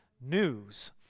News